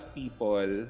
people